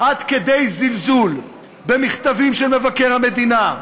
עד כדי זלזול במכתבים של מבקר המדינה,